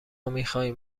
میخواهیم